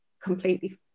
completely